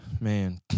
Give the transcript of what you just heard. Man